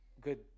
good